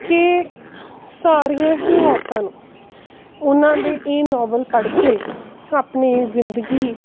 ਕਿ ਸਾਰੀਆਂ ਹੀ ਔਰਤਾਂ ਨੂੰ ਉਹਨਾਂ ਦੀ ਇਹ ਨੌਵਲ ਪੜ੍ਹ ਕੇ ਆਪਣੀ ਜਿੰਦਗੀ